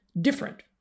different